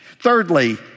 Thirdly